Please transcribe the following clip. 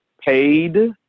Paid